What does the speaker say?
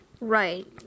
right